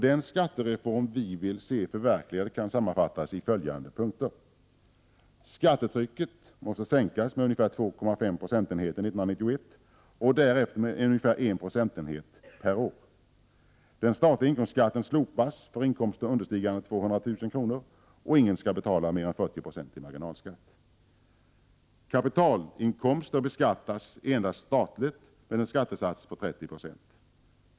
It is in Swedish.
Den skattereform vi vill se förverkligad kan sammanfattas i följande punkter: Skattetrycket sänks med ca 2,5 procentenheter 1991 och därefter med ca 1 procentenhet per år. Den statliga inkomstskatten slopas för inkomster understigande 200 000 kr., och ingen skall betala mer än 40 96 i marginalskatt. Kapitalinkomster beskattas endast statligt, med en skattesats på 30 90.